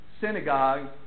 synagogue